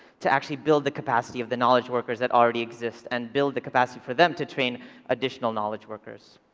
to actually build the capacity of the knowledge workers that already exist and build the capacity for them to train additional knowledge workers.